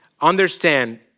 understand